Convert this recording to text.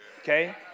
okay